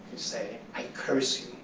saying, i curse